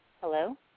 Hello